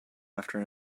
after